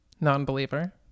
non-believer